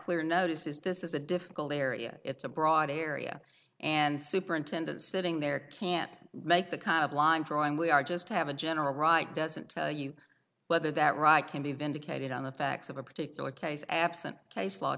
clear notice is this is a difficult area it's a broad area and superintendent sitting there can't make the kind of line drawing we are just have a general right doesn't whether that right can be vindicated on the facts of a particular case absent case law